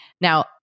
Now